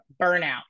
burnout